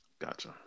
Gotcha